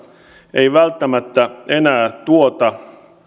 ei välttämättä enää tuota